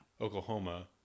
Oklahoma